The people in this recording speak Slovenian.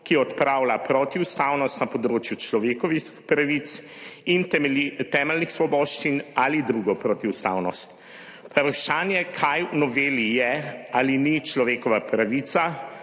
ki odpravlja protiustavnost na področju človekovih pravic in temeljnih svoboščin ali drugo protiustavnost. Vprašanje, kaj v noveli je ali ni človekova pravica,